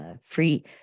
free